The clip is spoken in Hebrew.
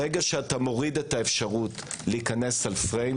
ברגע שאתה מוריד את האפשרות להיכנס על פריים